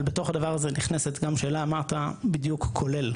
אבל בתור הדבר הזה נכנסת גם שאלה מה אתה בדיוק כולל.